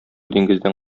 диңгездән